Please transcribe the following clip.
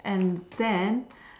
and then